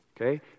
okay